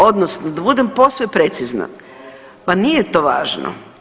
Odnosno da budem posve precizna, pa nije to važno.